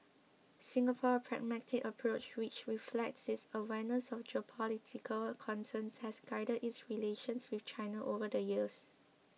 Singapore's pragmatic approach which reflects its awareness of geopolitical concerns has guided its relations with China over the years